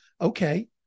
Okay